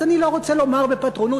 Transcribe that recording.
אז אני לא רוצה לומר בפטרונות,